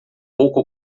pouco